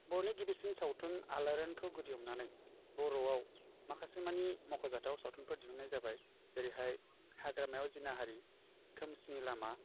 बर'नि गिबिसिन सावथुन आलायारनखौ गुदियाव नुनानै बर'आव माखासे मानि मख'जाथाव सावथुनफोर दिहुन्नाया जाबाय जेरैहाय हाग्रामायाव जिनाहारि खोमसिनि लामा